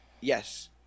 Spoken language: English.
Yes